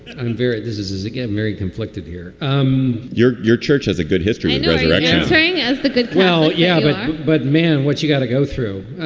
i'm very. this is is again, very conflicted here um your your church has a good history and yeah saying as the good. well yeah but but man what you gotta go through